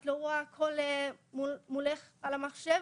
את לא רואה את הכל מולך על המחשב,